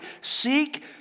Seek